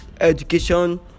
education